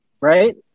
Right